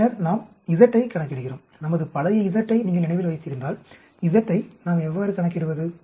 பின்னர் நாம் z ஐ கணக்கிடுகிறோம் நமது பழைய z ஐ நீங்கள் நினைவில் வைத்திருந்தால் z ஐ நாம் எவ்வாறு கணக்கிடுவது